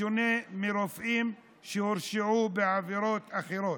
בשונה מרופאים שהורשעו בעבירות אחרות.